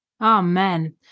Amen